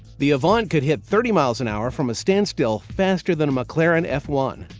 the avant could hit thirty mph from a standstill faster than a mclaren f one.